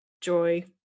joy